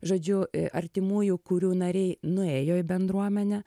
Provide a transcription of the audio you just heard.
žodžiu artimųjų kurių nariai nuėjo į bendruomenę